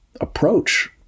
approach